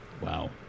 Wow